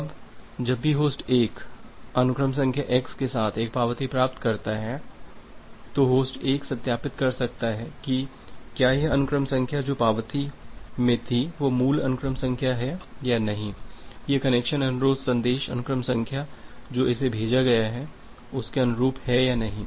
अब जब भी होस्ट 1 अनुक्रम संख्या x के साथ एक पावती प्राप्त करता है तो होस्ट 1 सत्यापित कर सकता है कि क्या यह अनुक्रम संख्या जो पावती में थी वह मूल अनुक्रम संख्या है या नहीं यह कनेक्शन अनुरोध संदेश अनुक्रम संख्या जो इसे भेजा गया है उसके अनुरूप है या नहीं